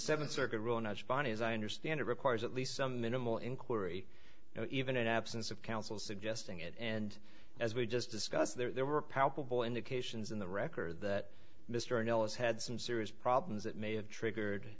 seven circuit rule and i was fine as i understand it requires at least some minimal inquiry even in absence of counsel suggesting it and as we just discussed there were a palpable indications in the record that mr ellis had some serious problems that may have triggered